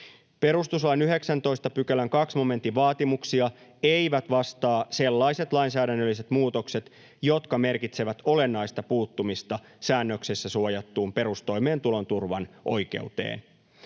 Perustuslain 19 §:n 2 momentin vaatimuksia eivät vastaa sellaiset lainsäädännölliset muutokset, jotka merkitsevät olennaista puuttumista säännöksessä suojattuun perustoimeentulon turvan oikeuteen.